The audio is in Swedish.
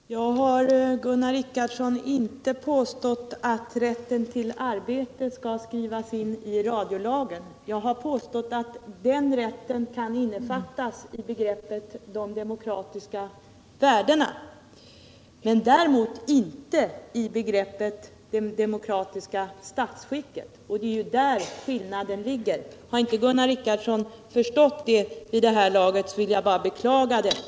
Herr talman! Jag har, Gunnar Richardson, inte påstått att rätten till arbete skall skrivas in i radiolagen. Jag har påstått att rätten kan innefattas i begreppet de demokratiska värdena, däremot inte i begreppet det demokratiska statsskicket. Däri ligger skillnaden. Om Gunnar Richardson inte har förstått det vid det här laget, vill jag bara beklaga det.